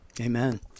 Amen